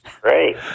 Great